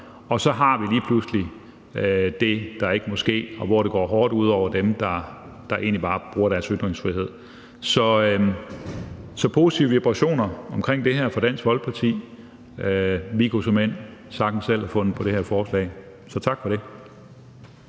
og så har vi lige pludselig det, der ikke må ske, og hvor det går hårdt ud over dem, der egentlig bare bruger deres ytringsfrihed. Så positive vibrationer i forhold til det her fra Dansk Folkeparti – vi kunne såmænd sagtens selv have fundet på det her forslag. Så tak for det.